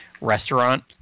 restaurant